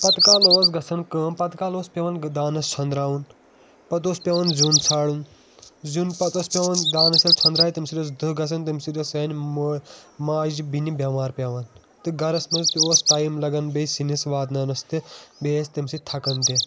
پَتہٕ کالہٕ اوس گژھان کٲم پَتہٕ کالہٕ اوس پیٚوان دانس ژھۄندراوُن پَتہٕ اوس پیٚوان زیُن ژھانڈُن زیُن پَتہٕ اوس پیٚوان دانَس ییٚلہِ ژھندرایہِ تیٚمہِ سۭتۍ اوس دہہ گژھان تیٚمہِ سۭتۍ اوس سانہِ ماجہِ بیٚنہِ بیٚمار پیٚوان تہٕ گرَس منٛز تہِ اوس ٹایم لگان بیٚیہِ سِنِس واتناوَنس تہِ بیٚیہِ ٲسۍ تیٚمہِ سۭتۍ تھکان تہِ